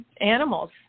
animals